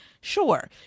sure